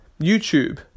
YouTube